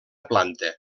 planta